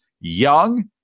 young